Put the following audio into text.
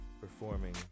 performing